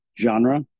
genre